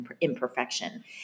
imperfection